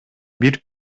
бир